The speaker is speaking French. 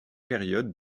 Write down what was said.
périodes